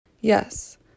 Yes